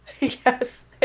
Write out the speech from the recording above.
Yes